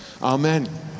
Amen